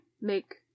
make